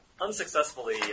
unsuccessfully